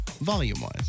volume-wise